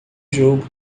jogo